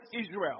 Israel